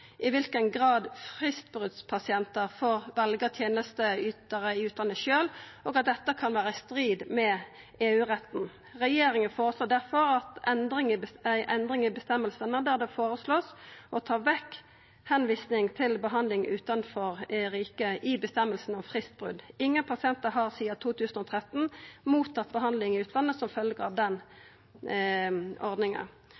i kva grad fristbrotpasientar får velja tenesteytarar i utlandet sjølve, og at dette kan vera i strid med EU-retten. Regjeringa føreslår difor ei endring i føresegnene – det vert føreslått å ta vekk tilvising til behandling i utlandet i føresegna om fristbrot. Ingen pasientar har sidan 2013 mottatt behandling i utlandet som følgje av